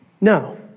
No